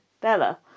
Bella